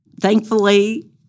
thankfully